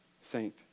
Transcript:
saint